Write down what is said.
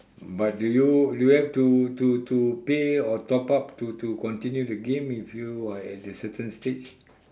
but do you do you have to to to pay or top up to to continue the game if you are at a certain stage